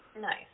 Nice